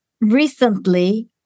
recently